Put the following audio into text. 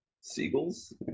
Seagulls